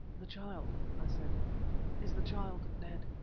the child, i said is the child dead?